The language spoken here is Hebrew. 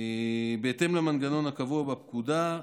בהתאם למנגנון הקבוע בפקודה,